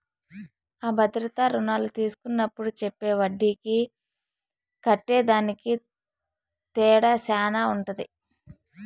అ భద్రతా రుణాలు తీస్కున్నప్పుడు చెప్పే ఒడ్డీకి కట్టేదానికి తేడా శాన ఉంటది